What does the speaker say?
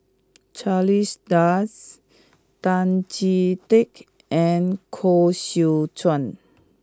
Charles Dyce Tan Chee Teck and Koh Seow Chuan